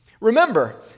Remember